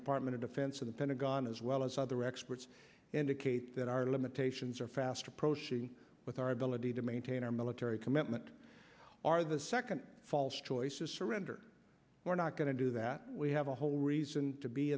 department of defense and the pentagon as well as other experts indicate that our limitations are fast approaching with our ability to maintain our military commitment are the second false choices surrender we're not going to do that we have a whole reason to be